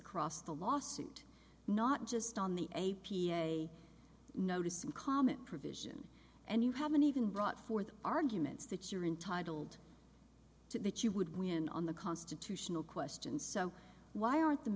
across the lawsuit not just on the a p a notice and comment provision and you haven't even brought forth arguments that you're entitled to that you would win on the constitutional question so why aren't the